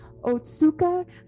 Otsuka